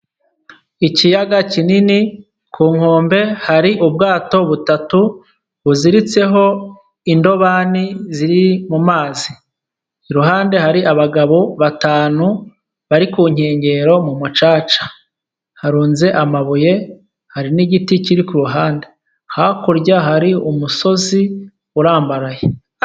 Ikiyaga kinini, ku nkombe hari ubwato butatu buziritseho indobani ziri mu mazi. Iruhande hari abagabo batanu bari ku nkengero mu mucaca. Harunze amabuye, hari n'igiti kiri ku ruhande. Hakurya hari umusozi urambaraye.